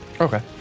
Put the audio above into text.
Okay